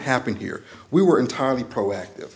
happened here we were entirely proactive